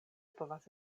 povas